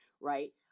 right